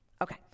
Okay